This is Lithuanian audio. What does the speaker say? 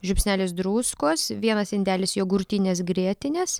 žiupsnelis druskos vienas indelis jogurtinės grietinės